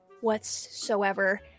whatsoever